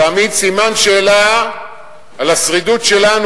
תמיד סימן שאלה על השרידות שלנו,